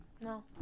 No